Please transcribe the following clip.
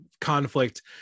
conflict